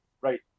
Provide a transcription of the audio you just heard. right